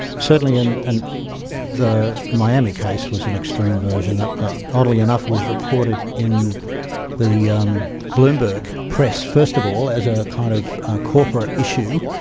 certainly. and and the miami case was an extreme version that but oddly enough was reported in the um bloomberg press first of all, as a kind of corporate issue.